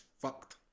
fucked